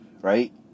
Right